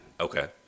Okay